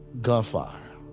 gunfire